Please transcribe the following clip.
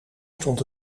stond